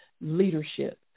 Leadership